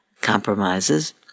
compromises